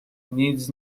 needs